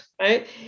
right